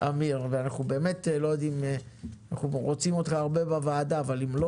אנחנו רוצים אותך הרבה בוועדה אבל אם לא